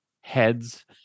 heads